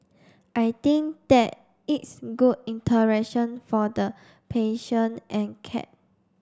I think that it's good interaction for the patient and cat